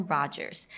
Rogers